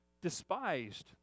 despised